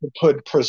put